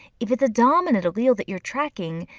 if it's a dominant allele that you are tracking,